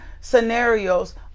scenarios